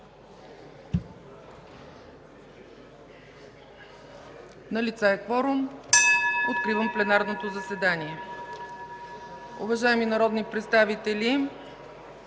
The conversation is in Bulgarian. Налице е кворум. Откривам пленарното заседание. (Звъни.) Уважаеми народни представители,